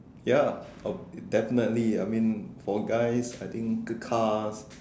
ya of definitely I mean for guys I think the cars